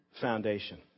foundation